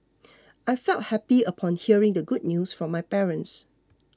I felt happy upon hearing the good news from my parents